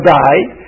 died